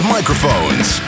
Microphones